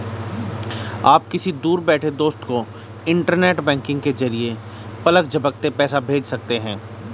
आप किसी दूर बैठे दोस्त को इन्टरनेट बैंकिंग के जरिये पलक झपकते पैसा भेज सकते हैं